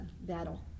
battle